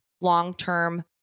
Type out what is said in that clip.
long-term